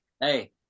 Hey